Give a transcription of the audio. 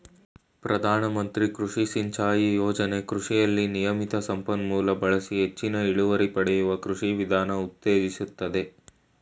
ಪ್ರಧಾನಮಂತ್ರಿ ಕೃಷಿ ಸಿಂಚಾಯಿ ಯೋಜನೆ ಕೃಷಿಯಲ್ಲಿ ನಿಯಮಿತ ಸಂಪನ್ಮೂಲ ಬಳಸಿ ಹೆಚ್ಚಿನ ಇಳುವರಿ ಪಡೆಯುವ ಕೃಷಿ ವಿಧಾನ ಉತ್ತೇಜಿಸ್ತದೆ